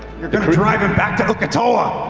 you're going to drive him back to uk'otoa.